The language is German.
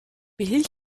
behielt